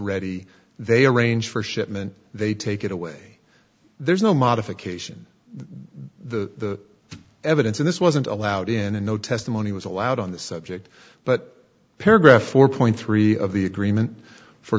ready they arrange for shipment they take it away there's no modification the evidence in this wasn't allowed in and no testimony was allowed on the subject but paragraph four point three of the agreement for